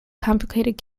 complicated